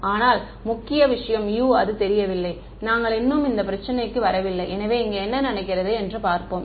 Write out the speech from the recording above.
ஆனால் முக்கிய விஷயம் U அது தெரியவில்லை நாங்கள் இன்னும் அந்த பிரச்சனைக்கு வரவில்லை எனவே இங்கே என்ன நடக்கிறது என்று பார்ப்போம்